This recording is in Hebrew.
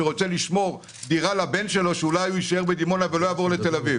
שרוצה לשמור דירה לבן שלו כדי שיישאר בדימונה ולא יעבור לתל אביב.